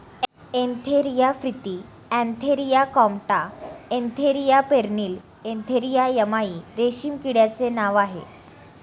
Antheraea frithi Antheraea compta Antheraea pernyi Antheraea yamamai रेशीम किड्याचे नाव आहे